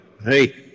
hey